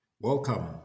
Welcome